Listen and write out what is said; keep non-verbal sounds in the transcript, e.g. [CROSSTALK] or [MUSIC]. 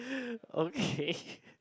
[BREATH] okay [LAUGHS]